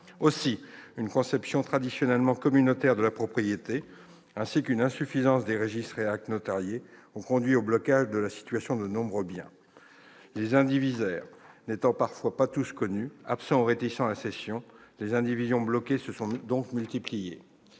Aussi, une conception traditionnellement communautaire de la propriété ainsi qu'une insuffisance des registres et actes notariés ont conduit au blocage de la situation de nombreux biens. Les indivisaires n'étant parfois pas tous connus, étant absents ou réticents à la cession, les indivisions « bloquées » se sont multipliées.